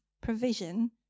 provision